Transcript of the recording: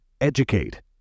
Educate